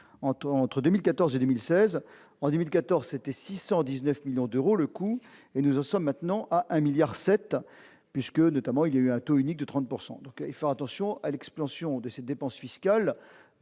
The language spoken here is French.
entre 2014 et 2000 16 ans 10014 c'était 619 millions d'euros le coût, et nous en sommes maintenant à un milliard 7 puisque, notamment, il y a eu un taux unique de 30 pourcent donc ils font attention à l'expansion de ces dépenses fiscales